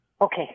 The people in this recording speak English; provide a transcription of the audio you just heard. Okay